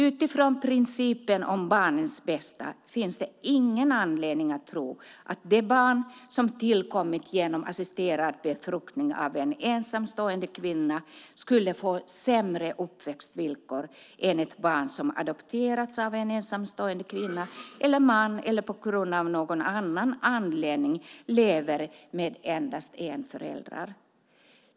Utifrån principen om barnets bästa finns det ingen anledning att tro att det barn som tillkommit genom assisterad befruktning av en ensamstående kvinna skulle få sämre uppväxtvillkor än ett barn som adopterats av en ensamstående kvinna eller man eller som av någon annan anledning lever med endast en förälder.